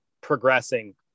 progressing